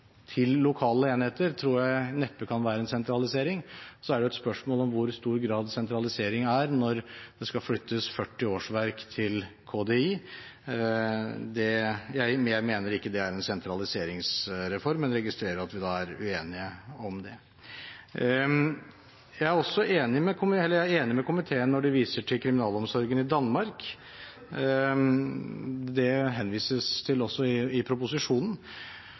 til lokale enheter tror jeg neppe kan være en sentralisering. Så er det et spørsmål i hvor stor grad det er sentralisering når det skal flyttes 40 årsverk til Kriminalomsorgsdirektoratet, KDI. Jeg mener det ikke er en sentraliseringsreform, men registrerer at vi er uenige om det. Jeg er enig med komiteen når den viser til kriminalomsorgen i Danmark. Det henvises det til også i proposisjonen. Der ble det i